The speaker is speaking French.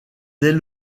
dès